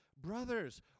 Brothers